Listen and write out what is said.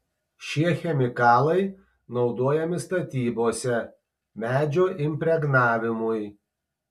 šie chemikalai naudojami statybose medžio impregnavimui